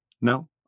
No